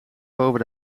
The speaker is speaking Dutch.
boven